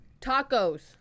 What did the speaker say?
Tacos